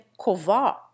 Kovar